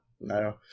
no